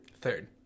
Third